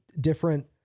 different